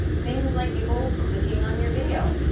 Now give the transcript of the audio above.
things like people clicking on your video,